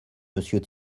monsieur